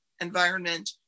environment